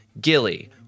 Gilly